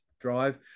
drive